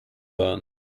burn